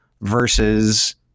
versus